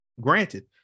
Granted